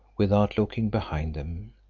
without looking behind them,